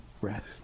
rest